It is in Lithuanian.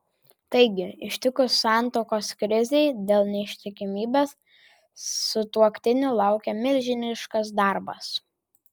taigi ištikus santuokos krizei dėl neištikimybės sutuoktinių laukia milžiniškas darbas